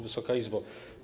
Wysoka Izbo!